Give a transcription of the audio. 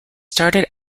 started